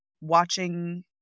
watching